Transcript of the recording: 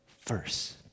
first